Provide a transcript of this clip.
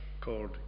called